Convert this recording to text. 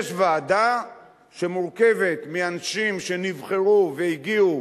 יש ועדה שמורכבת מאנשים שנבחרו והגיעו,